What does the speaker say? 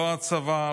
לא הצבא,